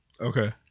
Okay